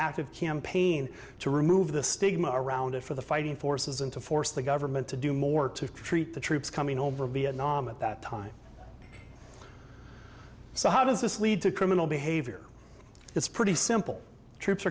active campaign to remove the stigma around it for the fighting forces and to force the government to do more to treat the troops coming over vietnam at that time so how does this lead to criminal behavior it's pretty simple troops